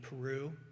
Peru